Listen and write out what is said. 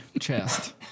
chest